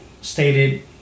stated